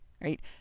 Right